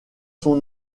son